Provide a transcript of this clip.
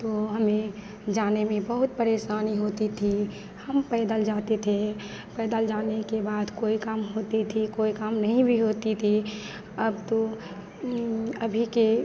तो हमें जाने में बहुत परेशानी होती थी हम पैदल जाते थे पैदल जाने के बाद कोई काम होता था कोई काम नहीं भी होता था अब तो अभी के